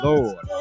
Lord